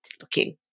looking